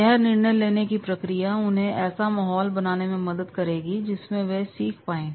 यह निर्णय लेने की प्रक्रिया उन्हें ऐसा माहौल बनाने में मदद करेगी जिसमें वह सीख पाएं